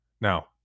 Now